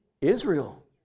Israel